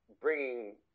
bringing